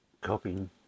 copying